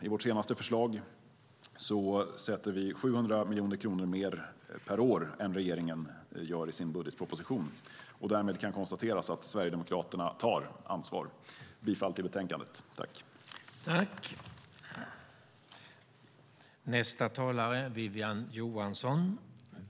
I vårt senaste förslag avsätter vi 700 miljoner kronor mer per år än vad regeringen gör i sin budgetproposition. Därmed kan konstateras att Sverigedemokraterna tar ansvar. Jag yrkar bifall till utskottets förslag i betänkandet.